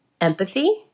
empathy